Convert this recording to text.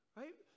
right